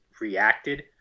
reacted